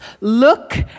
Look